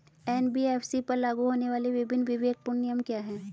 NBFC पर लागू होने वाले विभिन्न विवेकपूर्ण नियम क्या हैं?